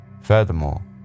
Furthermore